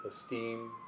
esteem